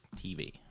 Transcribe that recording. TV